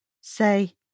Say